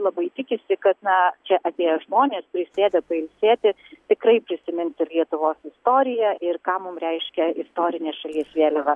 labai tikisi kad na čia atėję žmonės prisėdę pailsėti tikrai prisimins ir lietuvos istoriją ir ką mum reiškia istorinė šalies vėliava